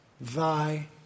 thy